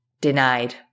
denied